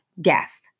death